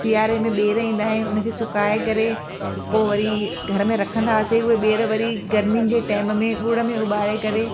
सियारे में ॿेर ईंदा आहिनि हुनखे सुकाए करे पोइ वरी घर में रखंदा हुआसीं पोइ उहे ॿेर वरी गर्मिनि जे टेम में ॻुड़ में उॿारे करे